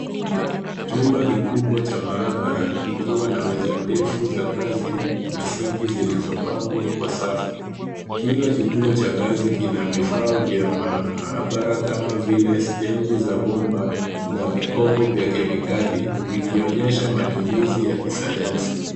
Chumba kikubwa cha maabara, kikiwa na meza ndefu za kazi, na sinki zilizopangwa kwa safu. Kila kituo cha kazi kina vifaa vya maabara kama vile stendi za bomba, na vikopo vya kemikali vikionyesha matumizi ya kisayansi.